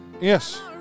Yes